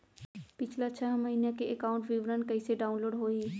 पिछला छः महीना के एकाउंट विवरण कइसे डाऊनलोड होही?